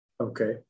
Okay